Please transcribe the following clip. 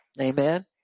Amen